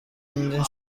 indi